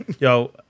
Yo